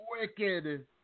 wicked